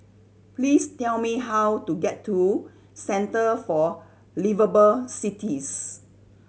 please tell me how to get to Centre for Liveable Cities